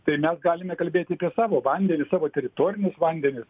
tai mes galime kalbėt apie savo vandenis savo teritorinius vandenis